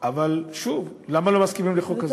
אבל שוב, למה לא מסכימים לחוק כזה?